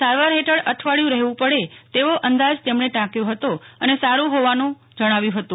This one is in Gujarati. સારવાર હેઠળ અઠવાડિયું રહેવું પડે તેવો અંદાજ ટાંક્વો હતો અને સાડું હોવાનું ઉમેર્યું હતું